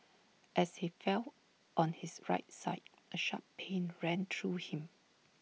as he fell on his right side A sharp pain ran through him